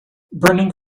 burning